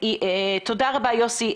תודה רבה, יוסי.